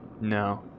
No